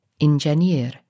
Engineer